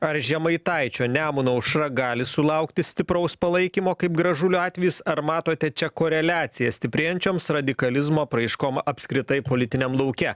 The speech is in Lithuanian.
ar žemaitaičio nemuno aušra gali sulaukti stipraus palaikymo kaip gražulio atvejis ar matote čia koreliaciją stiprėjančioms radikalizmo apraiškom apskritai politiniam lauke